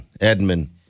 Edmund